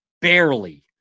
barely